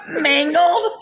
mangled